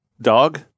dog